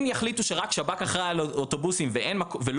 אם יחליטו שרק השב"כ אחראי על אוטובוסים ולא